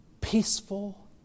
peaceful